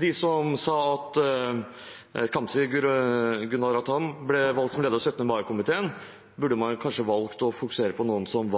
de som da Khamshajiny Gunaratnam ble valgt som leder av 17. mai-komiteen, sa at man kanskje burde valgt å fokusere på noen som